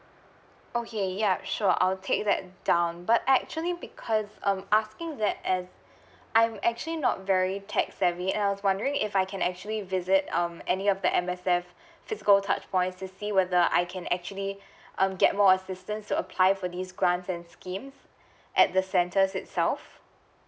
okay yup sure I'll take that down but actually because um asking that as I'm actually not very tech savvy I was wondering if I can actually visit um any of the M_S_F physical touch points to see whether I can actually um get more assistance to apply for this grants and schemes at the centers itself